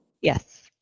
Yes